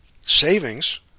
savings